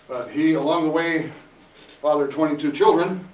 he, along the way fathered twenty two children,